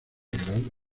grado